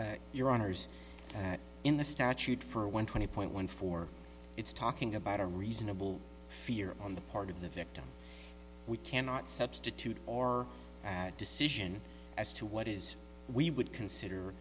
rogers your honors in the statute for one twenty point one four it's talking about a reasonable fear on the part of the victim we cannot substitute or decision as to what is we would consider